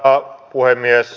arvoisa puhemies